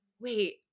wait